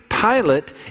Pilate